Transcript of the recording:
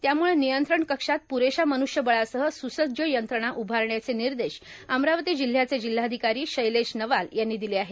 त्यामुळं र्नियंत्रण कक्षात पुरेशा मनुष्यबळासह सुसज्ज यंत्रणा उभारण्याचे भानदश अमरावती जिल्ह्याचे जिल्ह्याधिकारां शैलेश नवाल यांनी दिले आहेत